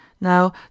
now